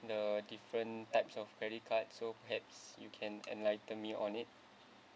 the different types of credit card so perhaps you can enlighten me on it